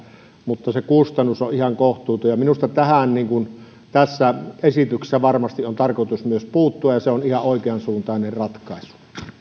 mutta se kustannus on on ihan kohtuuton ja minusta tähän tässä esityksessä varmasti on tarkoitus myös puuttua ja se on ihan oikeansuuntainen ratkaisu